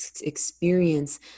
experience